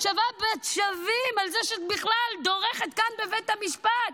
את שווה בת שווים על זה שאת בכלל דורכת כאן בבית המשפט,